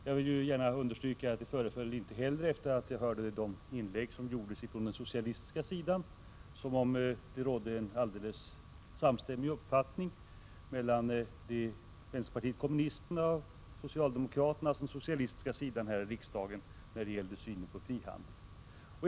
Jag vill gärna understryka, efter att ha hört de inlägg som gjordes från den socialistiska sidan, att det föreföll som om det inte heller rådde en samstämmig uppfattning mellan vpk och socialdemokraterna, dvs. mellan de socialistiska partierna här i riksdagen, när det gällde synen på frihandel.